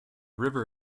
river